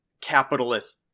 capitalist